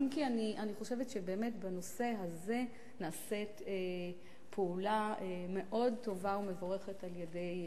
אם כי אני חושבת שבאמת בנושא הזה נעשית פעולה מאוד טובה ומבורכת על-ידי